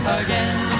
again